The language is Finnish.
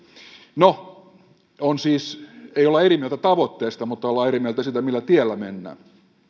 no ei olla eri mieltä tavoitteesta mutta ollaan eri mieltä siitä millä tiellä mennään